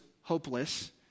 hopeless